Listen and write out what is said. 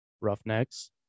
Roughnecks